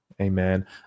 amen